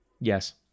Yes